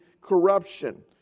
corruption